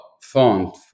font